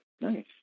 Nice